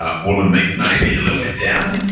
ah wool and meat may be a little bit down,